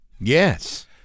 Yes